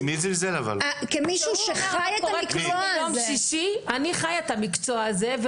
אני חיה את המקצוע הזה.